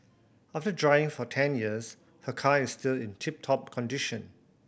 after driving for ten years her car is still in tip top condition